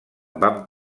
van